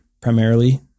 Primarily